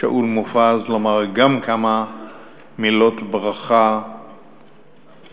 שאול מופז לומר גם כמה מילות ברכה לעפר.